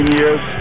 years